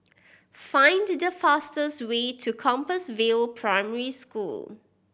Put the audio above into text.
find the fastest way to Compassvale Primary School